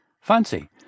Fancy